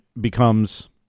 becomes